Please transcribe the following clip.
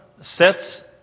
sets